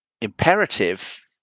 imperative